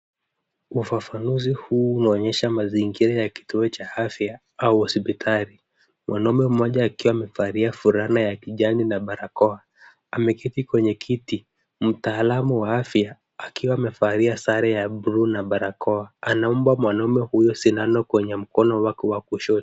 Ufafanuzi huu unaonyesha mazingira ya kituo cha afya au hospitali. Mwanaume mmoja akiwa amevalia fulana ya kijani na barakoa. Ameketi kwenye kiti, mtaalamu wa afya akiwa amevalia sare ya blue na barakoa. Anampa mwanaume huyu sindano kwenye mkono wake wa kushoto.